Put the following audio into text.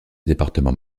département